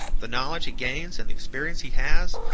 the knowledge he gains and the experiences he has,